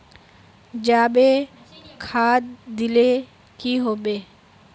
जाबे खाद दिले की होबे?